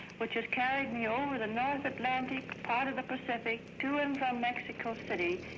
which has carried me over the north atlantic, part of the pacific, to and from mexico city,